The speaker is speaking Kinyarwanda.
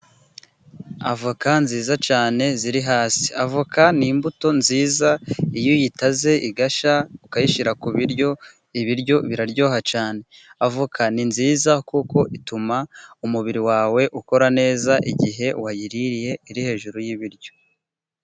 Avoka nziza cyane ziri hasi, avoka ni imbuto nziza iyo uyitaze igashya, ukayishyira ku biryo ibiryo biraryoha cyane. Avoka ni nziza kuko ituma umubiri wawe ukora neza igihe wayiriye iri hejuru y'ibiryo.